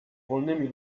wolnymi